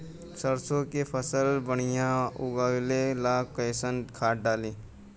सरसों के फसल बढ़िया उगावे ला कैसन खाद डाली?